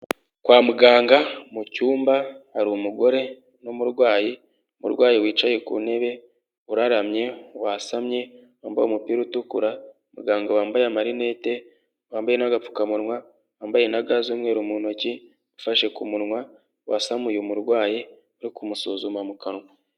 Kwa muganga mu cyumba hari umugore w'umurwayi, umurwayi wicaye ku ntebe uraramye ,wasamye wambaye umupira utukura, muganga wambaye amarinete wambaye n'agapfukamunwa, wambaye na ga z'umweruru mu ntoki ufashe ku munwa wasamuye umurwayi no kumusuzuma mu kanwa.